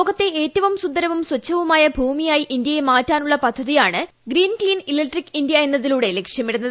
ലോകത്തെ ഏറ്റവും സുന്ദരവും സ്ഥച്ഛവുമായി ഭൂമിയായി ഇന്ത്യയെ മാറ്റാനുള്ള പദ്ധതിയാണ് ഗ്രീൻ ക്ലീൻ ഇലക്ട്രിക് ഇന്ത്യ എന്നിതിലൂടെ ലക്ഷ്യമിടുന്നത്